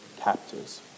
captors